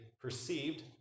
perceived